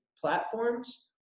platforms